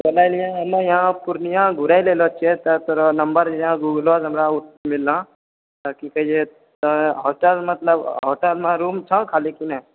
कहे रहिऐ हम यहाँ पूर्णिया घूरे लए ऐलो छिऐ तऽ तोरा नम्बर जे छै गुगलवासँ हमरा ओऽ मिललौ हँ आ की कहेछै तऽ होटल मतलब होटलमे रूम छह खाली कि नहि